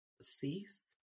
cease